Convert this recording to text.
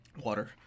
Water